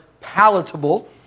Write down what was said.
palatable